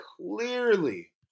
clearly